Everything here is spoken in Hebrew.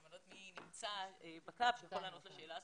אני לא יודעת מי נמצא בקו שיכול לענות לשאלה הזאת,